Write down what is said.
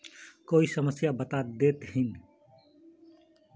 कोई समस्या बता देतहिन?